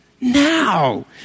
now